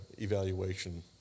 evaluation